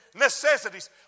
necessities